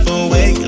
away